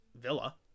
Villa